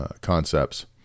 concepts